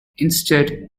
instead